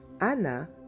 Anna